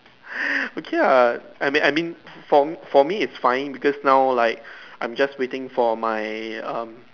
okay ya I mean I mean for for me is fine because now like I am just waiting for my um